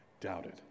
doubted